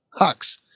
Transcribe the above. Hux